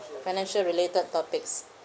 financial related topics